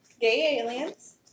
Gay-aliens